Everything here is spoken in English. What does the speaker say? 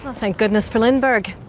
thank goodness for lindbergh.